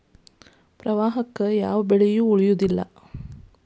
ಪ್ರವಾಹಕ್ಕೆ ಯಾವ ಬೆಳೆಯು ಉಳಿಯುವುದಿಲ್ಲಾ